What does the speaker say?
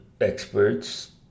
experts